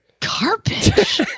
Carpet